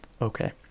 okay